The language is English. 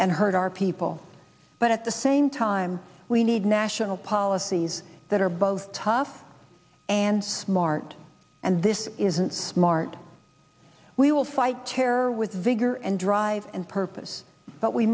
and hurt our people but at the same time we need national policies that are both tough and smart and this isn't smart we will fight terror with vigor and drive and purpose but we